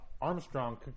Armstrong